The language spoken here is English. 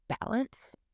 balance